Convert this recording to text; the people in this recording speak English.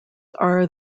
are